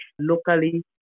locally